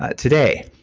but today,